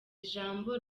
jambo